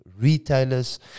retailers